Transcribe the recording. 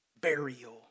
burial